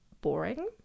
boring